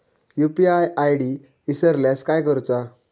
UPI ID इसरल्यास काय करुचा?